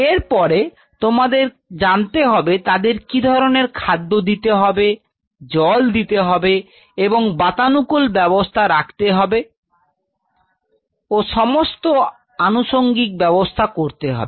এরপরে তোমাদের জানতে হবে তাদের কি ধরনের খাদ্য দিতে হবে জল দিতে হবে এবং বাতানুকূল ব্যবস্থা রাখতে হবেও সমস্ত আনুষঙ্গিক ব্যবস্থা করতে হবে